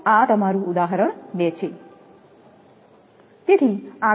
તો આ તમારું ઉદાહરણ 2 છે